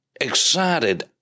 excited